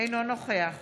אינו נוכח